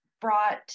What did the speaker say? brought